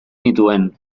nituen